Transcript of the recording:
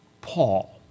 Paul